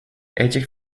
этих